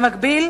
במקביל,